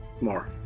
more